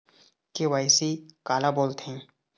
KYC काला बोलथें?